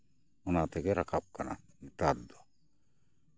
ᱚᱱᱟ ᱛᱮᱜᱮ ᱨᱟᱠᱟᱵᱽ ᱠᱟᱱᱟ ᱱᱮᱛᱟᱨ ᱫᱚ